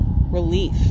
relief